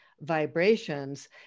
vibrations